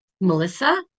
Melissa